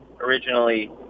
originally